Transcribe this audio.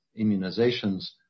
immunizations